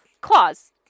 Claws